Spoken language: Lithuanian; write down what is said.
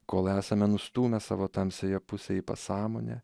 kol esame nustūmę savo tamsiąją pusę į pasąmonę